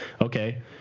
okay